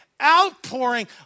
Outpouring